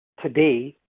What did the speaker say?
today